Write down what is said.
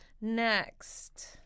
next